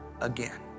again